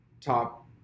top